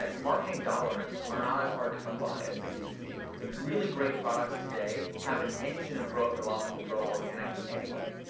like marketing dollars are not as hard to come by as they used to be. the really great products today have an engine of growth that allows them to grow organically anyway.